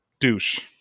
douche